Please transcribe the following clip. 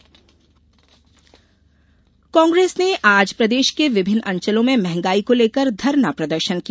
मंहगाई कांग्रेस ने आज प्रदेश के विभिन्न अंचलों में मंहगाई को लेकर धरना प्रदर्शन किया